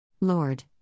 Lord